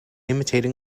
imitating